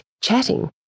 chatting